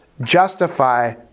justify